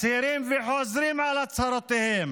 מצהירים וחוזרים על הצהרותיהם